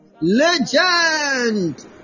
Legend